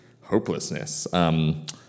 hopelessness